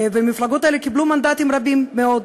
והמפלגות האלה קיבלו מנדטים רבים מאוד.